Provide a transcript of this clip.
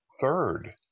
third